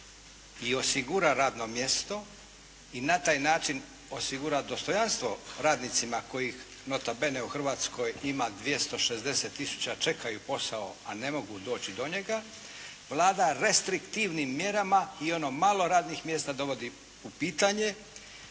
i osigura radno mjesto i na taj način osigura dostojanstvo radnicima kojih nota bene u Hrvatskoj ima 260 tisuća, čekaju posao a ne mogu doći do njega Vlada restriktivnim mjerama i ono malo radnih mjesta dovodi u pitanje.